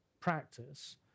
practice